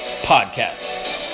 Podcast